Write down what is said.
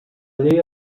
llei